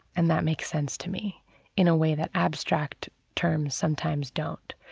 and that makes sense to me in a way that abstract terms sometimes don't.